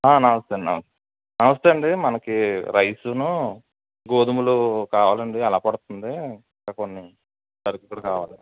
నమస్తే అండి నమస్తే నమస్తే అండి మనకి రైస్ గోధుమలు కావాలండి ఎలా పడుతుంది ఇంకా కొన్ని సరుకులు కావాలి